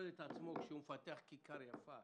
את עצמו כשהוא מפתח כיכר יפה